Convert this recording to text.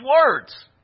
words